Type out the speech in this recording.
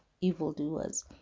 evildoers